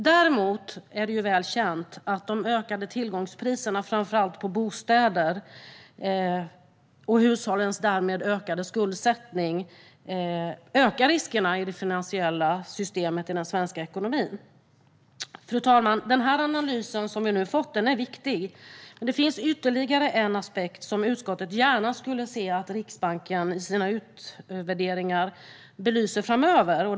Däremot är det väl känt att de ökade tillgångspriserna framför allt på bostäder och därmed hushållens ökade skuldsättning ökar riskerna i det finansiella systemet i den svenska ekonomin. Fru talman! Den analys som vi nu har fått är viktig. Men det finns ytterligare en aspekt som utskottet gärna skulle se att Riksbanken framöver belyser i sina utvärderingar.